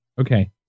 Okay